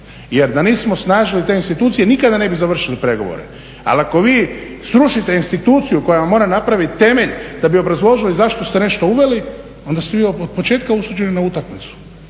Jer da nismo osnažili te institucije nikada ne bi završili pregovore. Ali ako vi srušite instituciju koja vam mora napraviti temelj da bi obrazložili zašto ste nešto uveli onda ste vi od početka osuđeni na utakmicu.